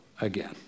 again